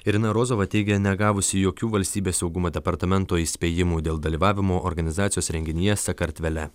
irina rozova teigia negavusi jokių valstybės saugumo departamento įspėjimų dėl dalyvavimo organizacijos renginyje sakartvele